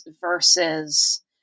versus